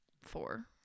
four